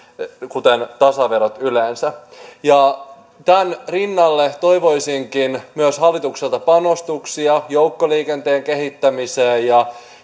kuten tasaverot yleensä tämän rinnalle toivoisinkin hallitukselta myös panostuksia joukkoliikenteen kehittämiseen ja